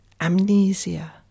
Amnesia